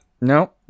No